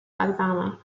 alabama